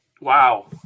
Wow